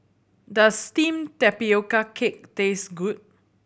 does steamed tapioca cake taste good